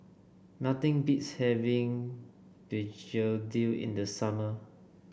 nothing beats having Begedil in the summer